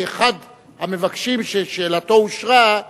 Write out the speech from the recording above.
כי היום אחד המבקשים ששאלתו אושרה,